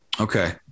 Okay